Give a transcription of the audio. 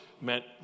meant